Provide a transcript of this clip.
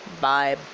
bye